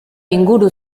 inguru